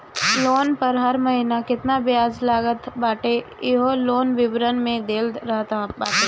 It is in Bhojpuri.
लोन पअ हर महिना केतना बियाज लागत बाटे इहो लोन विवरण में देहल रहत बाटे